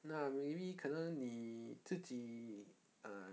那 maybe 可能你自己 uh